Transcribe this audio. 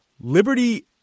Liberty